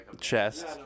chest